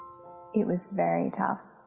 it was very tough.